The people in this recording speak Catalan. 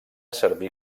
servir